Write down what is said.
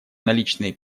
наличные